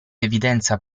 evidenza